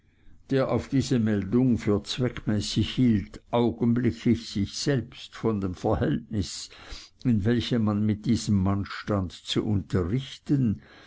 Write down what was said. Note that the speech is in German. der auf diese meldung für zweckmäßig hielt augenblicklich sich selbst von dem verhältnis in welchem man mit diesem mann stand zu unterrichten